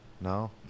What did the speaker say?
No